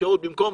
במקום,